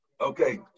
Okay